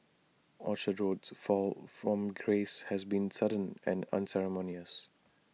Orchard Road's fall from grace has been sudden and unceremonious